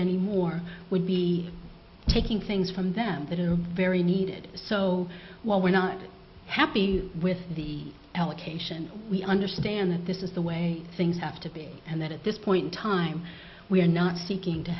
any more would be taking things from them that are very needed so while we're not happy with the allocation we understand that this is the way things have to be and that at this point time we are not seeking to